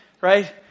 Right